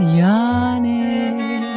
yawning